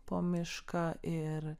po mišką ir